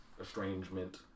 estrangement